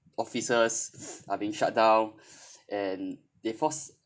offices are being shut down and they force